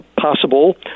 possible